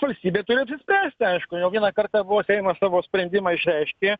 valstybė turi apsispręsti aišku jau vieną kartą buvo seimas savo sprendimą išreiškė